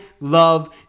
love